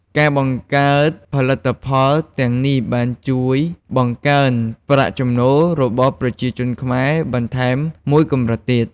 ការបង្កើតផលិតផលទាំងនេះបានជួយបង្កើនប្រាក់ចំណូលរបស់ប្រជាជនខ្មែរបន្ថែមមួយកម្រិតទៀត។